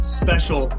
special